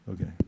Okay